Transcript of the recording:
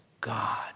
God